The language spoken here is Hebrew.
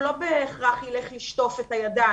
הוא לא בהכרח ילך לשטוף את הידיים.